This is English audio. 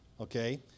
okay